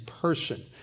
person